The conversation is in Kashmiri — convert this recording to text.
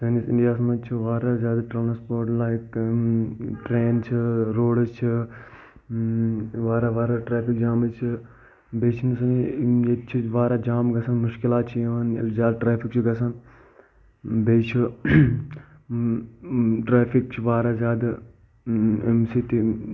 سٲنِس اِنٛڈیاہَس منٛز چھِ واریاہ زیادٕ ٹرٛانسپورٹ لایِک ٹرٛین چھِ روڈٕز چھِ واریاہ واریاہ ٹرٛیٚفِک جامٕز چھِ بیٚیہِ چھِ نہٕ یہِ ییٚتہِ چھ واریاہ جام گژھان مُشکِلات چھِ یِوان ییٚلہِ زِیادٕ ٹرٛیٚفِک چھُ گَژھان بیٚیہِ چُھ ٹرٛیٚفِک چھُ واراہ زِیادٕ اَمہِ سۭتۍ